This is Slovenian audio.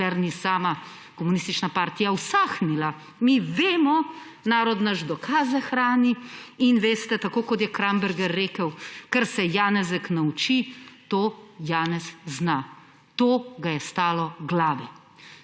dokler ni sama komunistična partija usahnila. Mi vemo, narod naš dokaze hrani. In tako kot je Kramberger rekel: Kar se Janezek nauči to Janez zna. To ga je stalo glave.